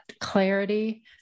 clarity